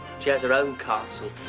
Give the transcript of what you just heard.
she has her own castle.